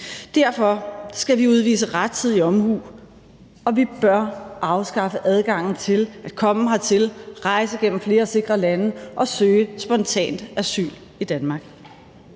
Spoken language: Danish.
Derfor skal vi udvise rettidig omhu, og vi bør afskaffe adgangen til at komme hertil ved at rejse igennem flere sikre lande og søge om spontant asyl i Danmark.